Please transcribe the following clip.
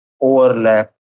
overlap